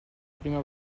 prima